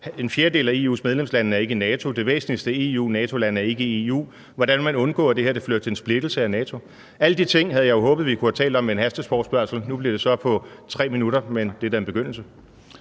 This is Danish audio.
En fjerdedel af EU's medlemslande er ikke i NATO. Det væsentligste NATO-land er ikke i EU. Hvordan vil man undgå, at det her fører til en splittelse af NATO? Alle de ting havde jeg jo håbet at vi kunne have talt om i en hasteforespørgsel; nu bliver det så på 3 minutter, men det er da en begyndelse.